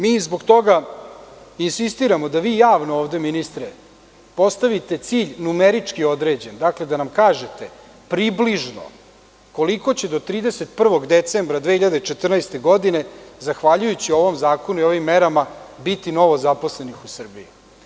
Mi zbog toga insistiramo da vi javno ovde ministre postavite cilj numerički određen, dakle, da nam kažete približno koliko će do 31. decembra 2014. godine zahvaljujući ovog zakonu i ovim merama biti novozaposlenih u Srbiji.